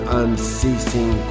unceasing